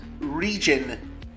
region